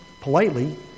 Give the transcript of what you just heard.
politely